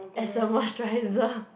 as the moisturiser